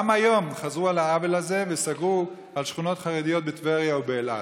גם היום חזרו על העוול הזה וסגרו על שכונות חרדיות בטבריה ובאילת.